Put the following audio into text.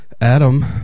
Adam